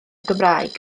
gymraeg